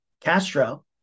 Castro